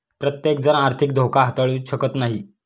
प्रत्येकजण आर्थिक धोका हाताळू शकत नाही